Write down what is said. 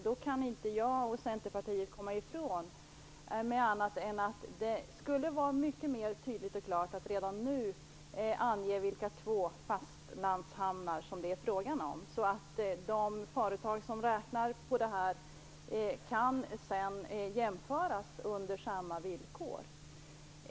Då kan inte jag och Centerpartiet komma ifrån att det skulle vara mycket mer tydligt och klart att redan nu ange vilka två fastlandshamnar det är fråga om, så att de företag som räknar på det här kan jämföras på samma villkor.